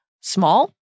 Small